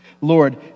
Lord